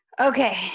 okay